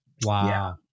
Wow